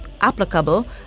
applicable